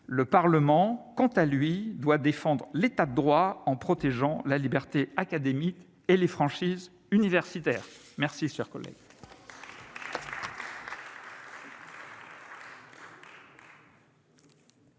le Parlement, quant à lui, doit défendre l'État de droit, en protégeant la liberté académique et les franchises universitaires merci, cher collègue.